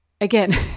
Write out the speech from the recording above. again